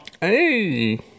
Hey